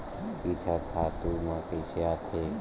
कीट ह खातु म कइसे आथे?